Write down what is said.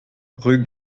rue